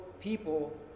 people